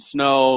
Snow